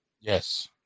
Yes